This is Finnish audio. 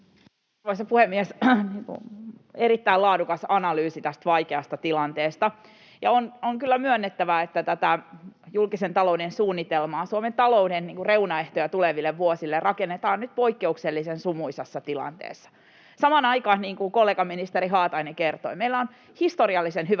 Erittäin laadukas analyysi tästä vaikeasta tilanteesta. On kyllä myönnettävä, että tätä julkisen talouden suunnitelmaa, Suomen talouden reunaehtoja tuleville vuosille, rakennetaan nyt poikkeuksellisen sumuisassa tilanteessa. Samaan aikaan, niin kuin kollegaministeri Haatainen kertoi, meillä on historiallisen hyvä